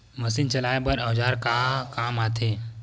Machine चलाए बर औजार का काम आथे?